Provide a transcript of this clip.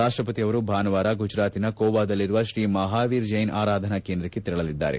ರಾಷ್ಷಪತಿ ಅವರು ಭಾನುವಾರ ಗುಜರಾತಿನ ಕೋಬಾದಲ್ಲಿರುವ ಶ್ರೀ ಮಹಾವೀರ ಜೈನ್ ಆರಾಧನಾ ಕೇಂದ್ರಕ್ಷೆ ತೆರಳಲಿದ್ದಾರೆ